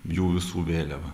jų visų vėliava